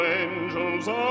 angels